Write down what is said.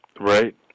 Right